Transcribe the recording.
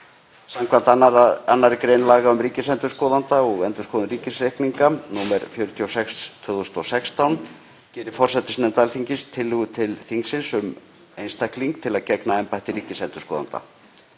Samkvæmt 2. gr. laga um ríkisendurskoðanda og endurskoðun ríkisreikninga, nr. 46/2016, gerir forsætisnefnd tillögu til Alþingis um einstakling til að gegna embætti ríkisendurskoðanda.